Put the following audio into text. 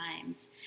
times